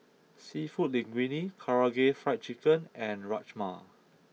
Seafood Linguine Karaage Fried Chicken and Rajma